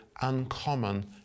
uncommon